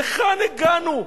היכן הגענו?